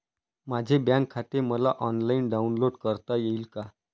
माझे बँक खाते मला ऑनलाईन डाउनलोड करता येईल का?